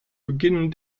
beginn